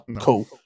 Cool